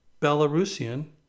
Belarusian